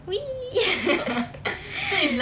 we